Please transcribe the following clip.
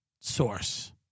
source